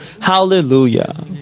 Hallelujah